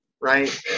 right